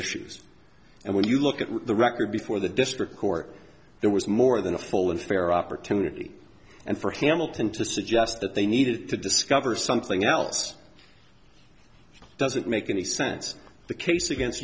issues and when you look at the record before the district court there was more than a full and fair opportunity and for hamilton to suggest that they needed to discover something else doesn't make any sense the case against